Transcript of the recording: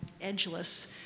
edgeless